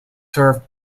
served